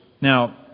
Now